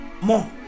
more